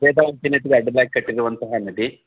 ವೇದಾವತಿ ನದಿಗೆ ಅಡ್ಡದಾಗಿ ಕಟ್ಟಿರುವಂತಹ ನದಿ